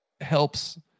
helps